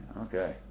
okay